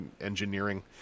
engineering